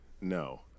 no